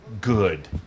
good